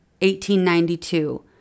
1892